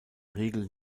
regel